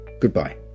goodbye